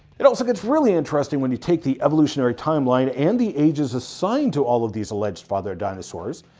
it also gets really interesting when you take the evolutionary timeline and the ages assigned to all of these alleged feathered dinosaurs.